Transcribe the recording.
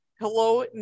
hello